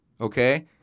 okay